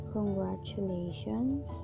Congratulations